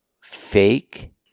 fake